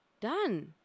Done